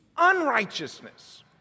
unrighteousness